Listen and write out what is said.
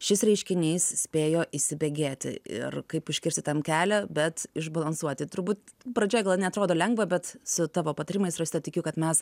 šis reiškinys spėjo įsibėgėti ir kaip užkirsti tam kelią bet išbalansuoti turbūt pradžioj gal neatrodo lengva bet su tavo patarimais rosita tikiu kad mes